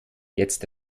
jetzt